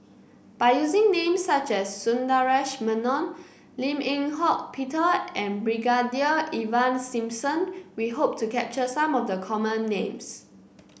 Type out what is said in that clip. by using names such as Sundaresh Menon Lim Eng Hock Peter and Brigadier Ivan Simson we hope to capture some of the common names